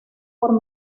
por